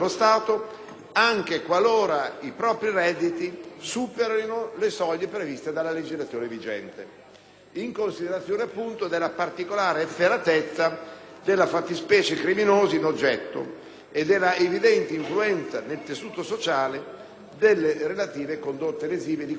in considerazione della particolare efferatezza delle fattispecie criminose in oggetto e della evidente influenza nel tessuto sociale delle relative condotte lesive a cui ogni giorno la carta stampata e la televisioni